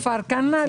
כפר כנא,